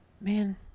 Man